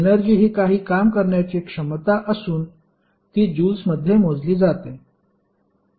energy ही काही काम करण्याची क्षमता असून ती जूल्समध्ये मोजली जाते